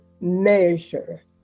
measure